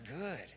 good